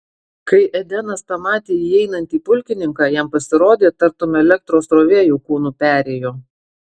kai edenas pamatė įeinantį pulkininką jam pasirodė tartum elektros srovė jo kūnu perėjo